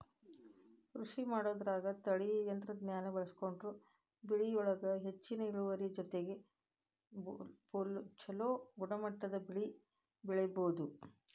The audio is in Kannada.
ಕೃಷಿಮಾಡೋದ್ರಾಗ ತಳೇಯ ತಂತ್ರಜ್ಞಾನ ಬಳಸ್ಕೊಂಡ್ರ ಬೆಳಿಯೊಳಗ ಹೆಚ್ಚಿನ ಇಳುವರಿ ಜೊತೆಗೆ ಚೊಲೋ ಗುಣಮಟ್ಟದ ಬೆಳಿ ಬೆಳಿಬೊದು